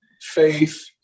faith